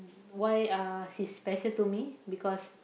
why uh she's special to me because